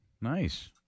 Nice